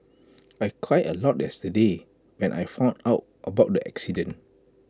I cried A lot yesterday when I found out about the accident